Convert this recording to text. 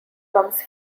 comes